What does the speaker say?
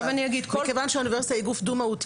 מכיוון שהאוניברסיטה היא גוף דו-מהותי